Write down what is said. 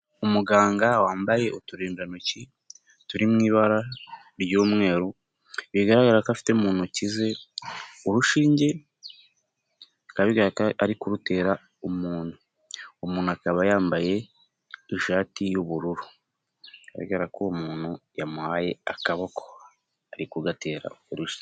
Umuganga wambaye uturindantoki turimw' ibara ry'umweru bigaragara ko afite mu ntoki ze urushinge ari kurutera umuntu. umuntu akaba yambaye ishati y'ubururu, agaragara ko uwo umuntu yamuhaye akaboko arikogatera urushinge.